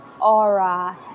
aura